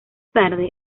tarde